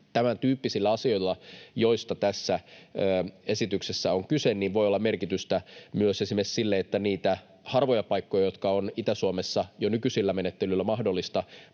tämäntyyppisillä asioilla, joista tässä esityksessä on kyse, voi olla merkitystä myös esimerkiksi siinä, että niitä harvoja paikkoja, jotka on Itä-Suomessa jo nykyisillä menettelyillä mahdollista